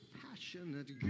passionate